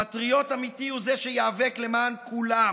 פטריוט אמיתי הוא זה שייאבק למען כולם.